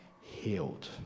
healed